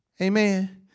Amen